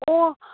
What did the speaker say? ꯑꯣ